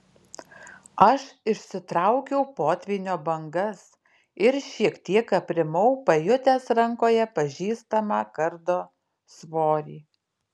aš išsitraukiau potvynio bangas ir šiek tiek aprimau pajutęs rankoje pažįstamą kardo svorį